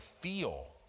feel